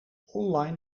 online